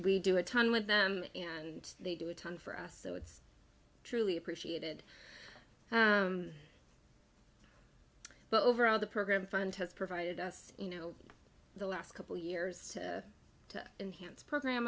we do a ton with them and they do a ton for us so it's truly appreciated but overall the program fund has provided us you know the last couple years to enhance program